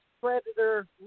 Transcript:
Predator